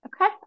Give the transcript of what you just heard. Okay